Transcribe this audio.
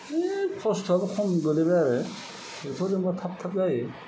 इसे खस्थ'आबो खम गोलैबाय आरो बेफोरजोंबा थाब थाब जायो